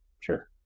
Sure